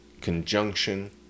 conjunction